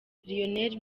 lionel